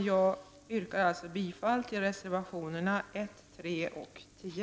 Jag yrkar bifall till reservationerna 1, 3 och 10.